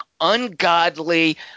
ungodly